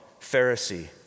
Pharisee